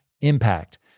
impact